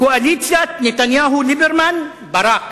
קואליציית נתניהו-ליברמן-ברק.